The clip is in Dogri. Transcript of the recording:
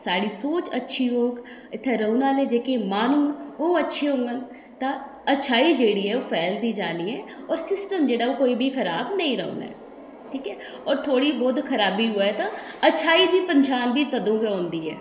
साढ़ी सोच अच्छी होग इत्थै रौह्ने आह्ले जेह्ड़े माह्नू ओह् अच्छे होङन तां अच्छाई जेह्ड़ी ऐ ओह् फैलदी जानी ऐ और सिस्टम जेह्ड़ा ऐ ओह् कोई बी खराब नेईं रौह्ना ऐ ठीक ऐ और थोह्ड़ी बोह्त खराबी होऐ तां अच्छाई दी पन्छान बी तदूं गै होंदी ऐ